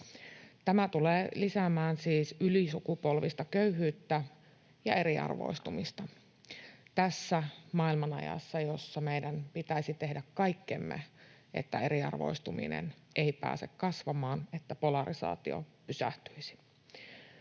Tämä tulee lisäämään siis ylisukupolvista köyhyyttä ja eriarvoistumista tässä maailmanajassa, jossa meidän pitäisi tehdä kaikkemme, että eriarvoistuminen ei pääse kasvamaan ja että polarisaatio pysähtyisi.